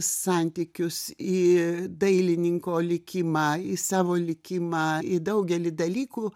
santykius į dailininko likimą į savo likimą į daugelį dalykų